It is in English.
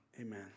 Amen